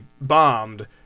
bombed